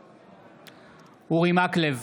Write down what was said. בעד אורי מקלב,